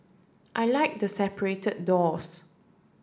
I like the separated doors